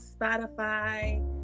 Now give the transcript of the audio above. Spotify